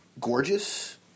Gorgeous